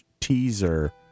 teaser